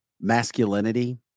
masculinity